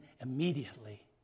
immediately